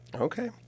Okay